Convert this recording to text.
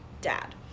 dad